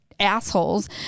assholes